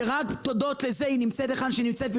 שרק תודות לזה היא נמצאת היכן שהיא נמצאת והיא